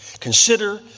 Consider